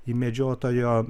į medžiotojo